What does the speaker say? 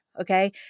Okay